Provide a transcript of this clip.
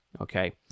okay